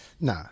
No